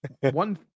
One